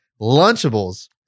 Lunchables